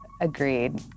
Agreed